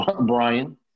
Brian